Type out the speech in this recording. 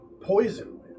poison